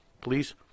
Please